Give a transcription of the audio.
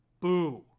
Boo